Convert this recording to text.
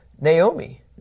Naomi